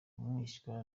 umwishywa